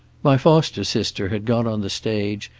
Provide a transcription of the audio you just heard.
my foster-sister had gone on the stage,